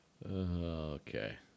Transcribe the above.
Okay